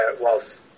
Whilst